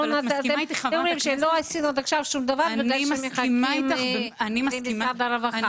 אתם אומרים שלא עשיתם עד עכשיו שום דבר בגלל שמחכים למשרד הרווחה.